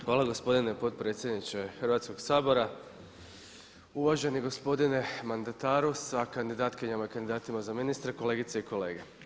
Hvala gospodine potpredsjedniče Hrvatskog sabora, uvaženi gospodine mandataru sa kandidatkinjama i kandidatima za ministre, kolegice i kolege.